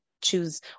choose